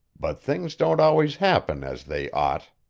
but things don't always happen as they ought.